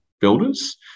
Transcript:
builders